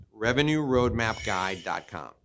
revenueroadmapguide.com